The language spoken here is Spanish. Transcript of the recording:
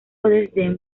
desdén